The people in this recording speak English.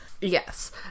yes